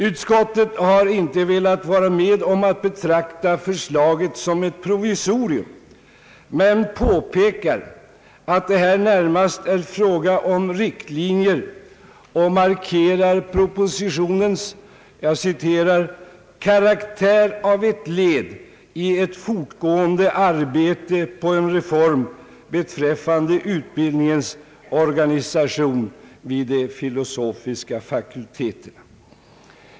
Utskottet har inte velat vara med om att betrakta förslaget som ett provisorium men påpekar att det här närmast är fråga om riktlinjer och markerar propositionens »karaktär av ett led i ett fortgående arbete på en reform beträffande utbildningens organisation vid de filosofiska fakulteterna».